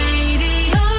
Radio